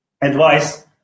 advice